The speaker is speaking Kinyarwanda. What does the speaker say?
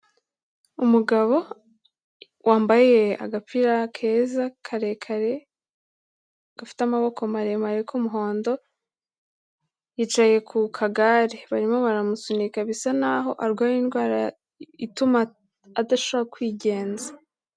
Umugabo wambaye agapira keza karekare, gafite amaboko maremare k'umuhondo, yicaye ku kagare, barimo baramusunika bisa n'aho arwaye indwara ituma adashobora kwigenza.